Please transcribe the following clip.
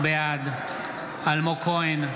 בעד אלמוג כהן,